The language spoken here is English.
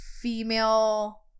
female